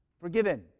forgiven